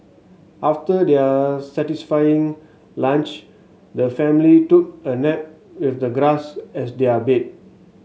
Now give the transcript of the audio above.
after their satisfying lunch the family took a nap with the grass as their bed